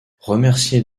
remercier